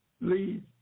lead